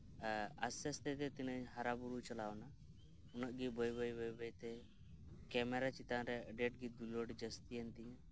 ᱟᱨ ᱟᱥᱛᱮ ᱟᱥᱛᱮ ᱛᱮ ᱛᱤᱱᱟᱹᱜ ᱤᱧ ᱦᱟᱨᱟ ᱵᱩᱨᱩ ᱪᱟᱞᱟᱣᱱᱟ ᱩᱱᱟᱹᱜ ᱜᱮ ᱵᱟᱹᱭ ᱵᱟᱹᱭᱛᱮ ᱠᱮᱢᱮᱨᱟ ᱪᱮᱛᱟᱱ ᱨᱮ ᱟᱹᱰᱤ ᱟᱸᱴᱜᱮ ᱫᱩᱞᱟᱹᱲ ᱡᱟᱹᱥᱛᱤᱭᱮᱱ ᱛᱤᱧᱟᱹ